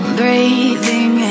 breathing